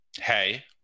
Hey